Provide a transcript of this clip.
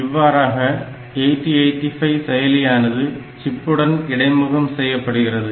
இவ்வாறாக 8085 செயலியானது சிப்புடன் இடைமுகம் செய்யப்படுகிறது